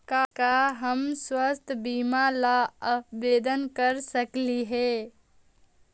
का हम स्वास्थ्य बीमा ला आवेदन कर सकली हे?